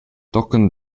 tochen